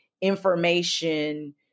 information